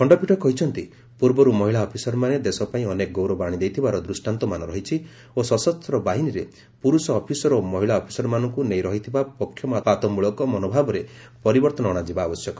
ଖଣ୍ଡପୀଠ କହିଛନ୍ତି ପୂର୍ବରୁ ମହିଳା ଅଫିସରମାନେ ଦେଶ ପାଇଁ ଅନେକ ଗୌରବ ଆଶିଦେଇଥିବାର ଦୃଷ୍ଟାନ୍ତମାନ ରହିଛି ଓ ସଶସ୍ତ ବାହିନୀରେ ପୁରୁଷ ଅଫିସର ଓ ମହିଳା ଅଫିସରମାନଙ୍କୁ ନେଇ ରହିଥିବା ପକ୍ଷପାତମୂଳକ ମନୋଭାବରେ ପରିବର୍ତ୍ତନ ଅଣାଯିବା ଆବଶ୍ୟକ